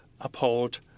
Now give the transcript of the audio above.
uphold